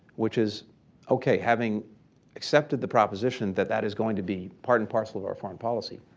which is ok, having accepted the proposition that that is going to be part and parcel of our foreign policy,